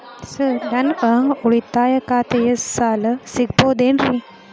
Sir ನನ್ನ ಉಳಿತಾಯ ಖಾತೆಯ ಸಾಲ ಸಿಗಬಹುದೇನ್ರಿ?